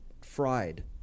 fried